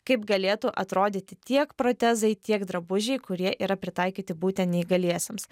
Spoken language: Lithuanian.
kaip galėtų atrodyti tiek protezai tiek drabužiai kurie yra pritaikyti būten neįgaliesiems